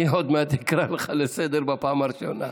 עוד מעט אקרא אותך לסדר בפעם הראשונה.